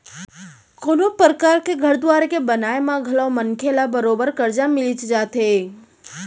कोनों परकार के घर दुवार के बनाए म घलौ मनखे ल बरोबर करजा मिलिच जाथे